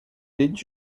did